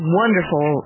wonderful